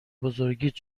بزرگیت